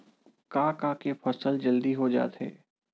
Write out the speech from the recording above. का का के फसल जल्दी हो जाथे?